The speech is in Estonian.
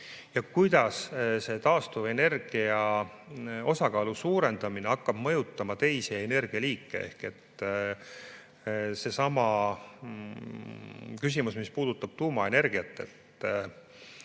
ja kuidas taastuvenergia osakaalu suurendamine hakkab mõjutama teisi energialiike, ehk seesama küsimus, mis puudutab tuumaenergiat.